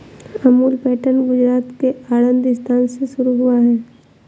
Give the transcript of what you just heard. Amul pattern Gujarat के आणंद स्थान से शुरू हुआ है